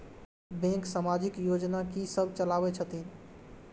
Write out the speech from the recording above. Bank समाजिक योजना की सब चलावै छथिन?